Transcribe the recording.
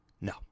No